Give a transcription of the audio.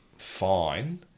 fine